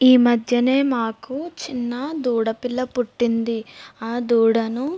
ఈ మధ్యనే మాకు చిన్న దూడపిల్ల పుట్టింది ఆ దూడను